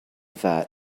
vat